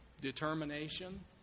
determination